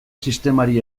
sistemari